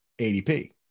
ADP